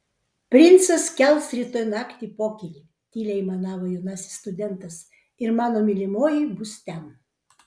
princas kels rytoj naktį pokylį tyliai aimanavo jaunasis studentas ir mano mylimoji bus ten